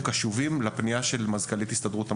קשובים לפנייה של מזכ"לית הסתדרות המורים.